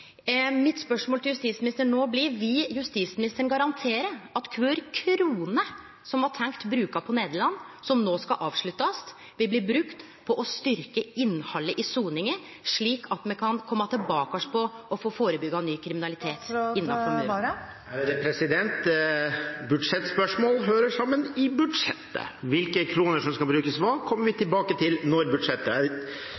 Mitt spørsmål til justisministeren er: Vil justisministeren garantere at kvar krone som var tenkt brukt i Nederland, som no skal avsluttast, vil bli brukt på å styrkje innhaldet i soninga, slik at me kan kome tilbake til å førebyggje ny kriminalitet innanfor murane? Budsjettspørsmål hører hjemme i arbeidet med budsjettet. Hvilke kroner som skal brukes til hva, kommer vi